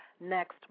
next